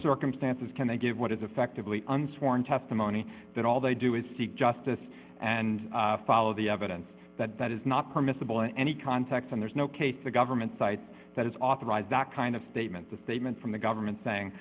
circumstances can they give what is effectively an sworn testimony that all they do is seek justice and follow the evidence that that is not permissible in any context and there's no case the government side that is authorized that kind of statement the statement from the government saying